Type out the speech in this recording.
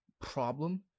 problem